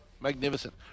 Magnificent